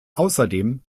außerdem